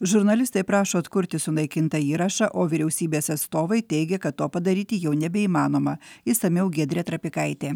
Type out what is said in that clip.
žurnalistai prašo atkurti sunaikintą įrašą o vyriausybės atstovai teigia kad to padaryti jau nebeįmanoma išsamiau giedrė trapikaitė